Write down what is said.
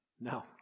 No